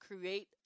create